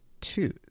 two